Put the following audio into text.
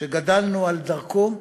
שגדלנו על דרכו,